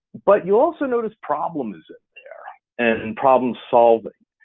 but you'll also notice problem is in there and and problem solving.